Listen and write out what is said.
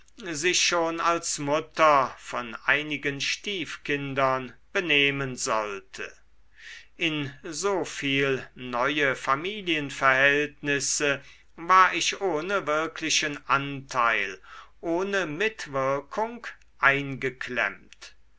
sich schon als mutter von einigen stiefkindern benehmen sollte in so viel neue familienverhältnisse war ich ohne wirklichen anteil ohne mitwirkung eingeklemmt